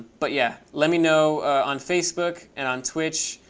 but, yeah, let me know on facebook and on twitch,